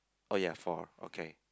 oh ya four okay